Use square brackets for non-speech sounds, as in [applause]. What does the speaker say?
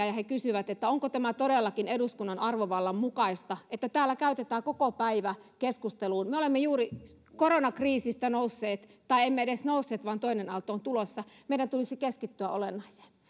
[unintelligible] ja he kysyvät että onko tämä todellakin eduskunnan arvovallan mukaista että täällä käytetään koko päivä keskusteluun me olemme juuri koronakriisistä nousseet tai emme edes nousseet vaan toinen aalto on tulossa meidän tulisi keskittyä olennaiseen